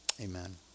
amen